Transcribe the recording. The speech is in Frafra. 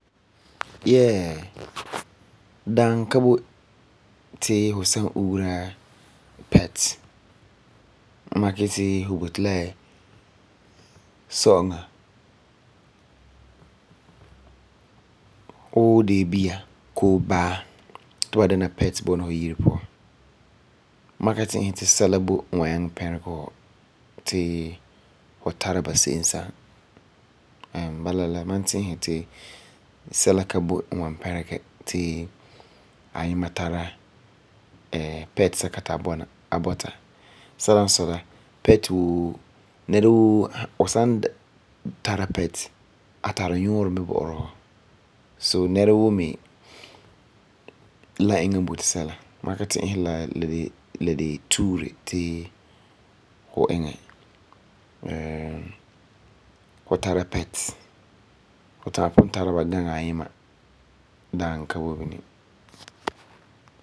Yeah, daaŋɔ ka boi ti fu san ugera pet. N makɛ yeti fu boti la sɔ'ɔŋa wuu deebia koo baa ti ba bɔna fu yire puan ti ba dɛna pet bɔna fu yire puan, ma ka ti'isɛ ti sɛla boi wa nyaŋɛ pɛrege fu ti fu tara ba se'em sa'am. Ti ayima tara pet sɛka ti a bɔna bɔta. So, nɛra woo mi la iŋɛ n boti sɛla, ma ka ti'isɛ ti la de tuure ti fu iŋɛ fu tara pet. Fu ta'am pugum tara ba baŋɛ ayima, daaŋɔ ka boi bini.